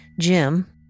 Jim